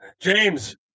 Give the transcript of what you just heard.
James